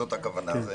זאת הכוונה.